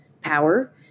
power